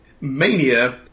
mania